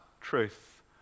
truth